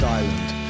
island